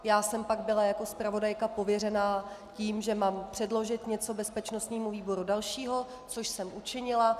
Já jsem pak byla jako zpravodajka pověřena tím, že mám předložit něco bezpečnostnímu výboru dalšího, což jsem učinila.